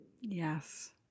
Yes